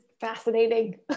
fascinating